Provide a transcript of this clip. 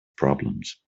problems